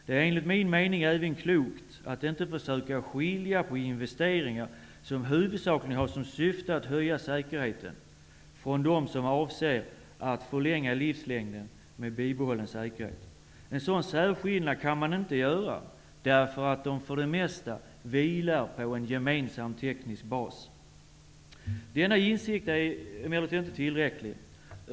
Det är enligt min mening även klokt att inte försöka skilja på investeringar som huvudsakligen har som syfte att höja säkerheten från de investeringar som avser att förlänga livslängden med bibehållen säkerhet. En sådan särskillnad kan man inte göra, därför att dessa investeringar för det mesta vilar på en gemensam teknisk bas. Denna insikt är emellertid inte tillräcklig.